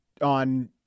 on